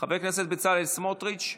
חבר הכנסת בצלאל סמוטריץ'